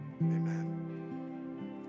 Amen